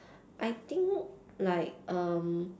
I think like um